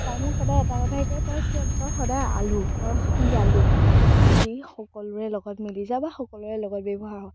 তাই মোক সদাই এটা কথাই কয় তই কিয় তই সদায় আলু তই হ'লি আলু মই যি সকলোৰে লগত মিলি যায় বা সকলোৰে লগত ব্যৱহাৰ হয়